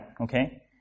okay